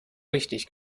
richtig